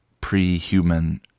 pre-human